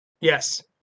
Yes